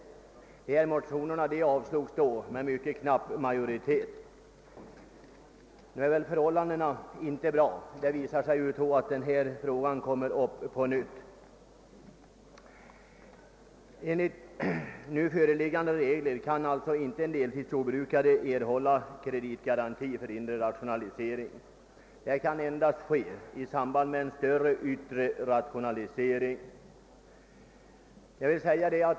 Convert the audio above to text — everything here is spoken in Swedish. Dessa motioner avslogs med mycket knapp majoritet. De nuvarande förhållandena är inte tillfredsställande; det framgår av att denna fråga kommer upp på nytt. Enligt nu föreliggande regler kan inte en deltidsjordbrukare erhålla kreditgaranti för inre rationalisering utan endast i samband med en större yttre rationalisering.